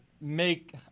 make